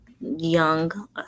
young